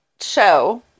show